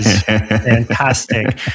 fantastic